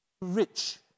rich